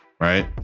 Right